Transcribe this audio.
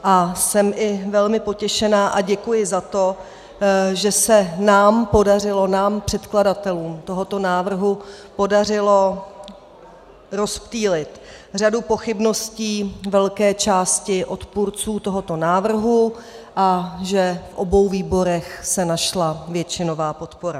A jsem i velmi potěšena a děkuji za to, že se nám předkladatelům tohoto návrhu podařilo rozptýlit řadu pochybností velké části odpůrců tohoto návrhu a že v obou výborech se našla většinová podpora.